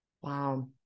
Wow